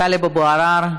טלב אבו עראר,